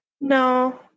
No